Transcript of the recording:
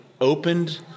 opened